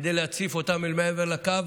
כדי להציף אותם אל מעבר לקו